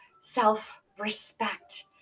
self-respect